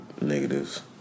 negatives